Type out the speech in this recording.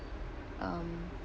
um